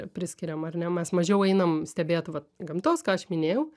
priskiriama ar ne mes mažiau einam stebėt vat gamtos ką aš minėjau